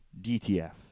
dtf